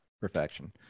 perfection